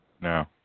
No